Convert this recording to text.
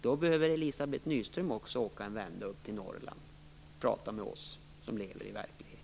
Då behöver Elizabeth Nyström också åka en vända upp till Norrland och prata med oss som lever i verkligheten.